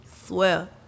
swear